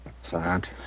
sad